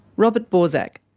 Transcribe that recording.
robert borsak.